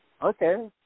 Okay